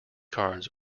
cards